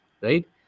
Right